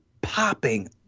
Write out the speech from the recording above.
popping